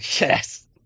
Yes